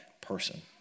person